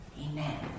Amen